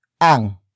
ANG